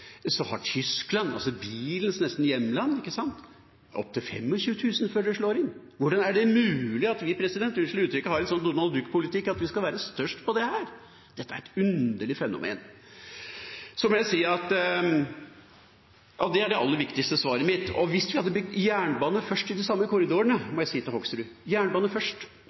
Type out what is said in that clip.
Tyskland, nesten bilens hjemland, har opptil 25 000 før det slår inn. Hvordan er det mulig at vi har en sånn – unnskyld uttrykket – Donald Duck-politikk at vi skal være størst på dette? Dette er et underlig fenomen. Det er det aller viktigste svaret mitt. Tenk om vi hadde bygd jernbane først i de samme korridorene, må jeg si til Hoksrud, jernbane først,